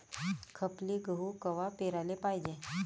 खपली गहू कवा पेराले पायजे?